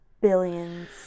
Billions